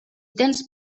tens